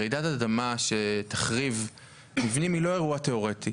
רעידת אדמה שתחריב מבנים היא לא אירוע תיאורטי.